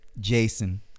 Jason